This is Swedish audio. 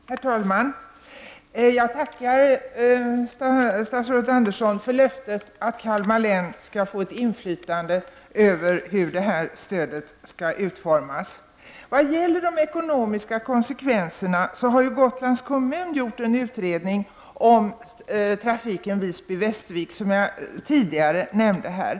Herr talman! Jag tackar statsrådet Georg Andersson för löftet att Kalmar län skall få ett inflytande över hur detta stöd skall utformas. När det gäller de ekonomiska konsekvenserna har Gotlands kommun gjort en utredning om trafiken Visby— Västervik, som jag tidigare nämnde här.